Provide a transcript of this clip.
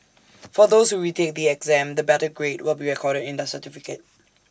for those who retake the exam the better grade will be recorded in their certificate